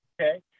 Okay